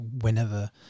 Whenever